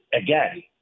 again